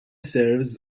serves